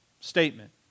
statement